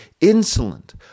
insolent